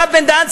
הרב בן-דהן,